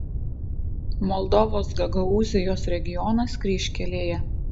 moldovos gagaūzijos regionas kryžkelėje